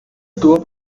estuvo